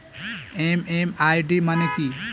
MMID মানে কি?